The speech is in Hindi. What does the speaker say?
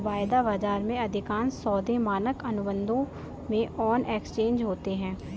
वायदा बाजार में, अधिकांश सौदे मानक अनुबंधों में ऑन एक्सचेंज होते हैं